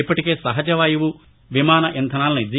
ఇప్పటికే సహజవాయువు విమాన ఇంధనాలను జి